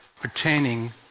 pertaining